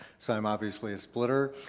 so i'm obviously a splitter.